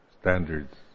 standards